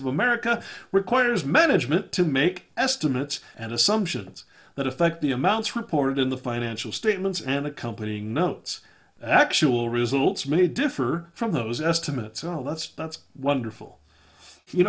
of america requires management to make estimates and assumptions that affect the amounts reported in the financial statements and accompanying notes actual results may differ from those estimates oh that's that's wonderful you